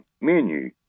menu